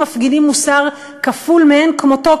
מפגינים מוסר כפול מאין כמותו,